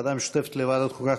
הוועדה המשותפת לוועדת החוקה,